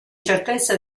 certezza